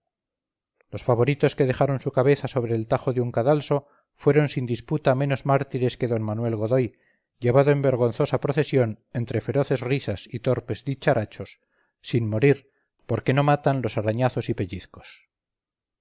los favoritos que dejaron su cabeza sobre el tajo de un cadalso fueron sin disputa menos mártires que d manuel godoy llevado en vergonzosa procesión entre feroces risas y torpes dicharachos sin morir porque no matan los arañazos y pellizcos